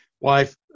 wife